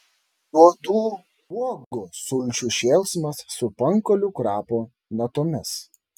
juodų uogų sulčių šėlsmas su pankolių krapų natomis